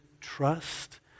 trust